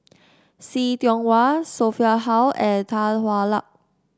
See Tiong Wah Sophia Hull and Tan Hwa Luck